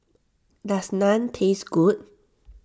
does Naan taste good